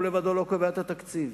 הוא לבדו לא קובע את התקציב,